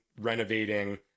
renovating